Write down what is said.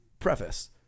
Preface